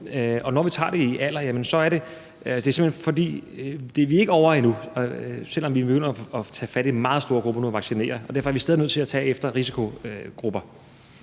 når vi tager det efter alder, er det simpelt hen, fordi vi ikke er ovre det endnu, selv om vi begynder at tage fat i meget store grupper, som vi vaccinerer. Og derfor er vi stadig nødt til at tage efter risikogrupper.